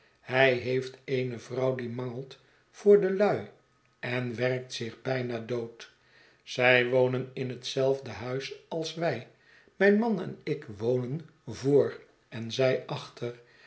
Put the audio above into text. hij heeft eene vrouw die mangelt voor de lui en werkt zich byna dood zij wonen in hetzelfde huis als wij mijn man en ik wonen voor en zij achter